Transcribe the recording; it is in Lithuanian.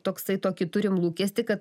toksai tokį turim lūkestį kad